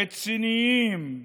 רציניים,